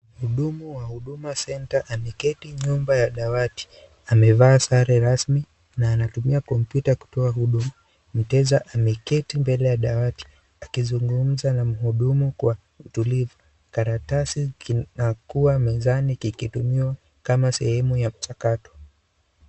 Mhudumu wa huduma centre ameketi nyuma ya dawati, amevaa sare rasmi, na anatumia kompyuta kutoa huduma. Mteja ameketi mbele ya dawati, akizungumza na mhudumu kwa utulivu. Karatasi kinakuwa mezani kikitumiwa kama sehemu ya mchakato.